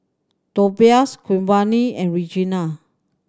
Tobias Giovanny and Reginal